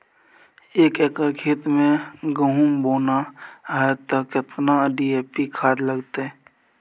एक एकर खेत मे गहुम बोना है त केतना डी.ए.पी खाद लगतै?